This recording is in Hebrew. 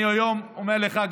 אני היום אומר לך,